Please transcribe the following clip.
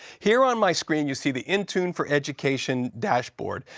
here on my screen you see the intune for education dashboard.